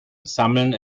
sammeln